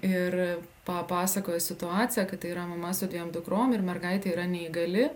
ir papasakojo situaciją kad tai yra mama su dviem dukrom ir mergaitė yra neįgali